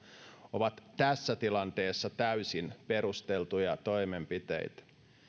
ovat tässä tilanteessa täysin perusteltuja toimenpiteitä